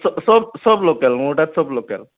স সব সব লোকেল মোৰ তাত সব লোকেল